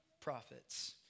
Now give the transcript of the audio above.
prophets